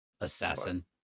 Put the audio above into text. Assassin